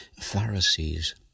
Pharisees